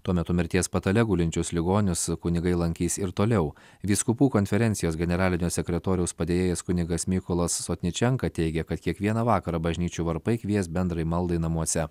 tuo metu mirties patale gulinčius ligonius kunigai lankys ir toliau vyskupų konferencijos generalinio sekretoriaus padėjėjas kunigas mykolas sotničenka teigė kad kiekvieną vakarą bažnyčių varpai kvies bendrai maldai namuose